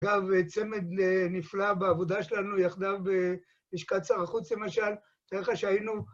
אגב, צמד נפלא בעבודה שלנו יחדיו בלשכת שר החוץ, למשל, ככה שהיינו...